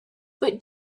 but